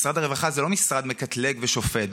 משרד הרווחה זה לא משרד מקטלג ושופט,